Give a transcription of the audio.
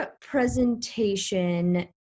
presentation